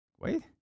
Wait